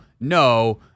No